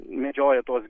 medžioja tuos